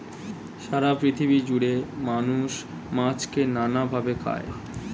সারা পৃথিবী জুড়ে মানুষ মাছকে নানা ভাবে খায়